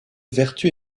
vertus